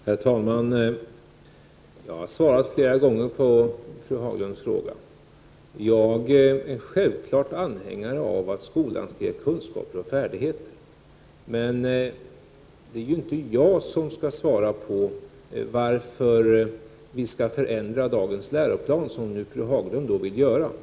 Herr talman! Jag har flera gånger svarat på fru Haglunds fråga. Jag är självfallet anhängare av att skolan skall ge kunskaper och färdigheter. Men det är inte jag som skall förklara varför vi skall förändra dagens läroplan, så som fru Haglund vill göra.